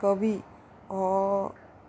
कवी हो